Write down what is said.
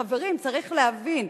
חברים, צריך להבין.